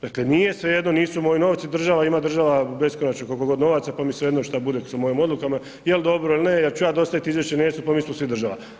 Dakle nije svejedno, nisu moji novci, država ima, država beskonačno koliko god novaca pa mi svejedno šta bude sa mojim odlukama, je li dobro ili ne, jel ću ja dostaviti izvješće, neću, pa mi smo svi država.